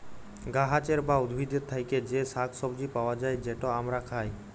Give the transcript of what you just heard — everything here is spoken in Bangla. গাহাচের বা উদ্ভিদের থ্যাকে যে শাক সবজি পাউয়া যায়, যেট আমরা খায়